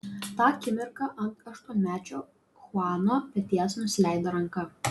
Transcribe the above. tą akimirką ant aštuonmečio chuano peties nusileido ranka